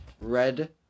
Red